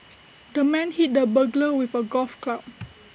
the man hit the burglar with A golf club